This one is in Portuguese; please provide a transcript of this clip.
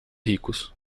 ricos